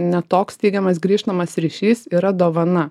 ne toks teigiamas grįžtamas ryšys yra dovana